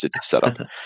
setup